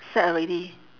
set already